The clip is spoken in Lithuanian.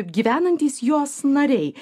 gyvenantys jos nariai